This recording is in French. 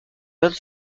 vingt